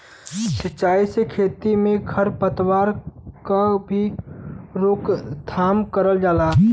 सिंचाई से खेती में खर पतवार क भी रोकथाम करल जाला